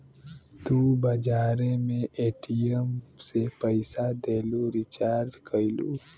तू बजारे मे ए.टी.एम से पइसा देलू, रीचार्ज कइलू